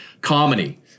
comedy